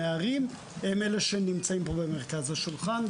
הנערים הם אלה שנמצאים כאן במרכז השולחן,